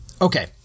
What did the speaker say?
okay